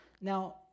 now